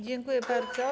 Dziękuję bardzo.